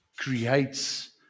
creates